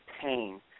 pain